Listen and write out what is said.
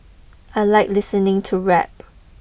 I like listening to rap